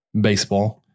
baseball